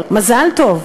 מזל טוב,